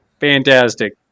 fantastic